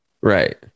right